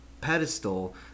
pedestal